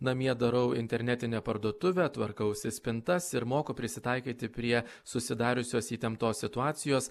namie darau internetinę parduotuvę tvarkausi spintas ir moku prisitaikyti prie susidariusios įtemptos situacijos